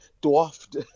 dwarfed